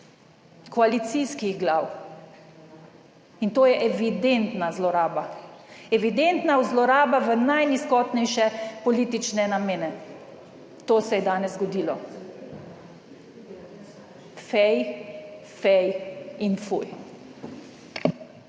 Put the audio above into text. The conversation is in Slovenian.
koalicijskih glav. To je evidentna zloraba, evidentna zloraba v najnizkotnejše politične namene. To se je danes zgodilo. Fej, fej in fuj!